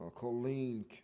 Colleen